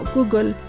Google